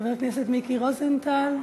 חבר הכנסת מיקי רוזנטל,